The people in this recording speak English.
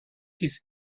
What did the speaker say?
his